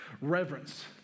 reverence